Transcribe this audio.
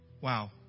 Wow